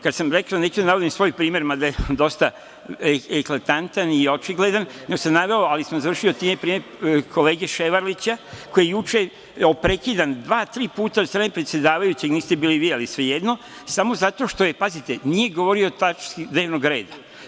Kad sam rekao da neću da navodim svoj primer, mada je dosta eklatantan i očigledan, nego sam naveo, ali sam završio time pre kolege Ševarlića koji je juče bio prekidan dva, tri puta od strane predsedavajućeg, niste bili vi tu, ali svejedno, smo zato što nije govorio o tački dnevnog reda.